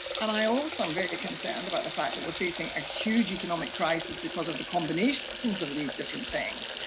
and i also am very concerned about the fact that we're facing a huge economic crisis because of the combinations of these different things.